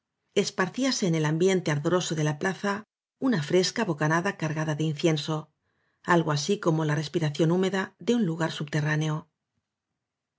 esparcíase en el ambiente ardoroso de la plaza una fresca bocanada cargada de incienso algo así como la respiración húmeda de un lugar subterráneo